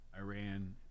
Iran